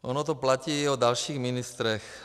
Ono to platí i o dalších ministrech.